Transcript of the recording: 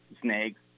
snakes